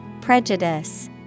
Prejudice